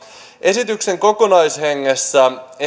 esityksen kokonaishengessä